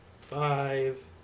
five